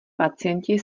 pacienti